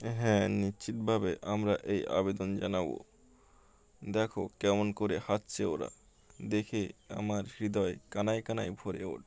হ্যাঁ নিশ্চিতভাবে আমরা এই আবেদন জানাবো দেখো কেমন করে হাতছে ওরা দেখে আমার হৃদয় কানায় কানায় ভরে ওঠ